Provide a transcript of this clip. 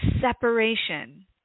separation